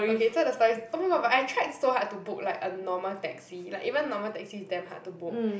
okay so the story is oh my god but I tried so hard to book like a normal taxi like even normal taxi is damn hard to book